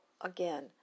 again